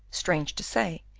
strange to say,